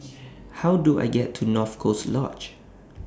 How Do I get to North Coast Lodge